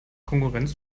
konkurrenz